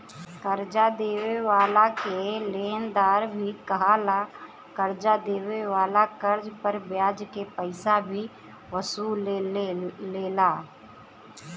कर्जा देवे वाला के लेनदार भी कहाला, कर्जा देवे वाला कर्ज पर ब्याज के पइसा भी वसूलेला